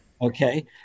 Okay